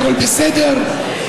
הכול בסדר,